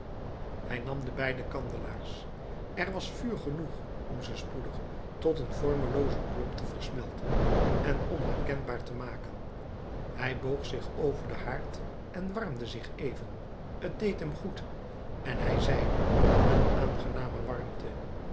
hij nam de beide kandelaars er was vuur genoeg om ze spoedig tot een vormloozen klomp te versmelten en onherkenbaar te maken hij boog zich over den haard en warmde zich even t deed hem goed en hij zeide een aangename warmte